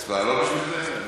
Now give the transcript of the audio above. אתה רוצה לעלות בשביל זה?